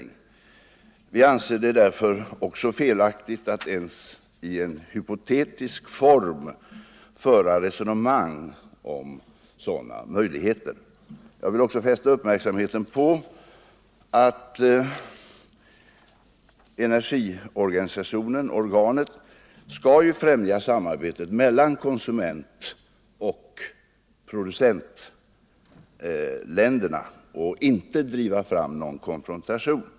Vi anser det därför också felaktigt att ens i hypotetisk form föra resonemang om sådana möjligheter. Jag vill också fästa uppmärksamheten på att energiorganet skall främja samarbetet mellan konsumentoch producentländerna och inte driva fram någon konfrontation.